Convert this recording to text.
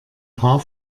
paar